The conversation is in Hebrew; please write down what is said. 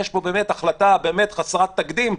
יש פה החלטה באמת חסרת תקדים.